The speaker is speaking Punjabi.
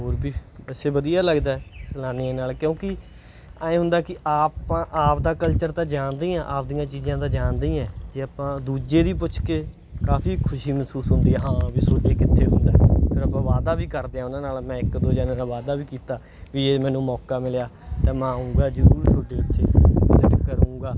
ਹੋਰ ਵੀ ਵੈਸੇ ਵਧੀਆ ਲੱਗਦਾ ਸੈਲਾਨੀਆਂ ਨਾਲ ਕਿਉਂਕਿ ਆਂਏਂ ਹੁੰਦਾ ਕਿ ਆਪਾਂ ਆਪਦਾ ਕਲਚਰ ਤਾਂ ਜਾਣਦੇ ਹੀ ਹਾਂ ਆਪਦੀਆਂ ਚੀਜ਼ਾਂ ਤਾਂ ਜਾਣਦੇ ਹੀ ਹਾਂ ਜੇ ਆਪਾਂ ਦੂਜੇ ਦੀ ਪੁੱਛ ਕੇ ਕਾਫੀ ਖੁਸ਼ੀ ਮਹਿਸੂਸ ਹੁੰਦੀ ਹੈ ਹਾਂ ਵੀ ਤੁਹਾਡੇ ਕਿੱਥੇ ਹੁੰਦਾ ਫੇਰ ਆਪਾਂ ਵਾਅਦਾ ਵੀ ਕਰਦੇ ਹਾਂ ਉਹਨਾਂ ਨਾਲ ਮੈਂ ਇੱਕ ਦੋ ਜਣਿਆਂ ਨਾਲ ਵਾਅਦਾ ਵੀ ਕੀਤਾ ਵੀ ਇਹ ਮੈਨੂੰ ਮੌਕਾ ਮਿਲਿਆ ਤਾਂ ਮੈਂ ਆਊਂਗਾ ਜ਼ਰੂਰ ਤੁਹਾਡੇ ਉੱਥੇ ਵਿਜਿਟ ਕਰੂੰਗਾ